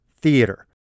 theater